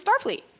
Starfleet